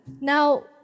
Now